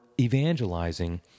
evangelizing